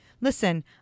listen